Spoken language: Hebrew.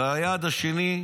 והיעד השני,